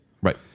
Right